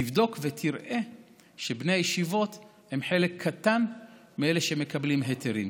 תבדוק ותראה שבני הישיבות הם חלק קטן מאלה שמקבלים היתרים.